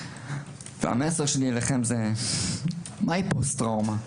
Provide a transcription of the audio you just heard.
המסר שלי אליכם, מהי פוסט טראומה?